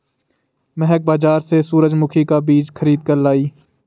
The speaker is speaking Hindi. महक बाजार से सूरजमुखी का बीज खरीद कर लाई